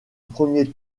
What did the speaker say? premier